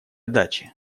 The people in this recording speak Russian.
дачи